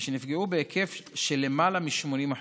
ושנפגעו בהיקף של למעלה מ-80%.